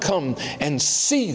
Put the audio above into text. come and see